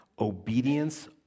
obedience